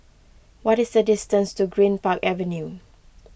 what is the distance to Greenpark Avenue